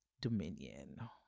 Dominion